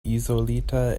izolita